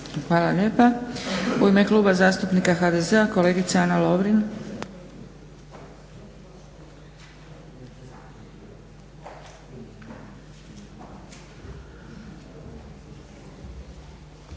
Hvala lijepa. U ime Kluba zastupnika HDZ-a kolegica Ana Lovrin.